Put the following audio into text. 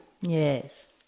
Yes